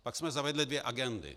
Pak jsme zavedli dvě agendy.